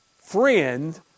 friend